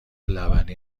لبنی